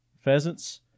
pheasants